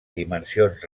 dimensions